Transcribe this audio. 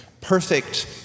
perfect